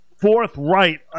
forthright